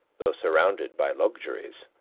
though surrounded by luxuries.